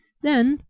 then,